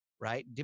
right